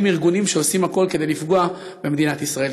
ארגונים שעושים הכול כדי לפגוע במדינת ישראל.